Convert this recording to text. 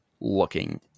looking